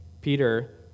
Peter